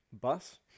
Bus